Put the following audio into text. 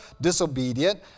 disobedient